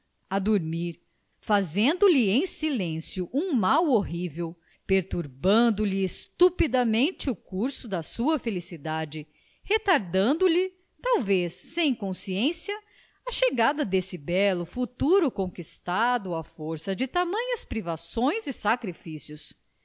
a dormir fazendo-lhe em silêncio um mal horrível perturbando lhe estupidamente o curso da sua felicidade retardando lhe talvez sem consciência a chegada desse belo futuro conquistado à força de tamanhas privações e sacrifícios